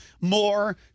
more